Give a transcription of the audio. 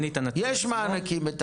יש מענקים.